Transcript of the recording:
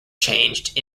changed